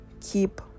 keep